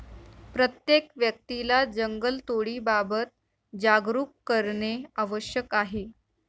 प्रत्येक व्यक्तीला जंगलतोडीबाबत जागरूक करणे आवश्यक आहे